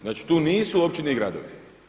Znači tu nisu općine i gradovi.